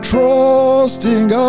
Trusting